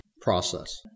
process